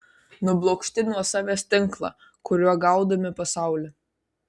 nublokšti nuo savęs tinklą kuriuo gaudome pasaulį